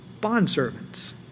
bondservants